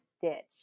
ditch